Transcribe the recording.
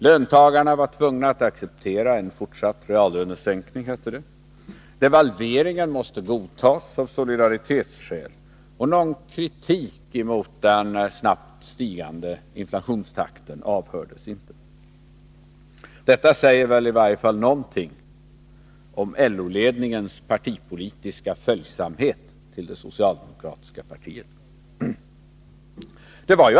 Löntagarna var tvungna att acceptera en fortsatt reallönesänkning, hette det. Devalveringen måste godtas av solidaritetsskäl, och någon kritik mot den snabbt stigande inflationstakten avhördes inte. Detta säger i varje fall någonting om LO-ledningens partipolitiska följsamhet till det socialdemokratiska partiet.